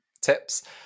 tips